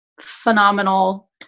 phenomenal